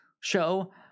show